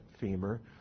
femur